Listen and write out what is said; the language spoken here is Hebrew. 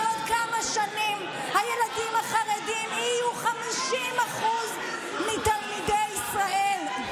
בעוד כמה שנים הילדים החרדים יהיו 50% מתלמידי ישראל.